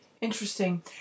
Interesting